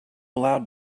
allowed